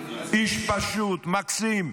איש פשוט ומקסים,